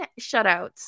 shutouts